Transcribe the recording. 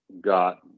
got